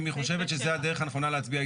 אם היא חושבת שזה הדרך הנכונה להצביע,